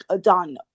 done